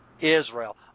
Israel